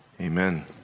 amen